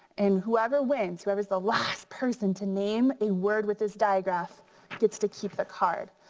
and whoever wins, whoever's the last person to name a word with this diagraph gets to keep the card.